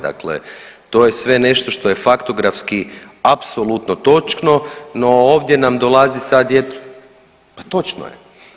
Dakle to je sve nešto što je faktografski apsolutno točno, no ovdje nam dolazi sad .../nerazumljivo/... pa točno je.